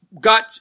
got